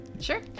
Sure